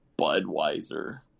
budweiser